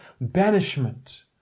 banishment